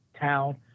town